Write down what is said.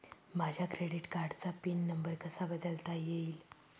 माझ्या क्रेडिट कार्डचा PIN number कसा बदलता येईल?